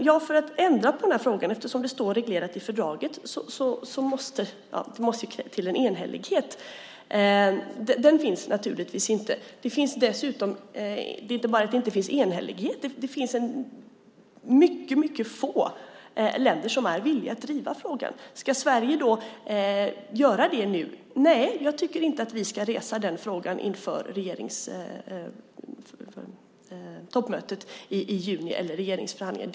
Ja, för att ändra på det, eftersom det står reglerat i fördraget, måste det till en enhällighet. Den finns inte. Det är inte bara att det inte finns enhällighet. Det finns mycket få länder som är villiga att driva frågan. Ska Sverige göra det nu? Nej, jag tycker inte att vi ska resa den frågan inför toppmötet i juni eller regeringsförhandlingen.